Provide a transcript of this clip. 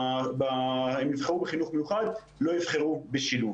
הם יבחרו בחינוך המיוחד ולא יבחרו בשילוב.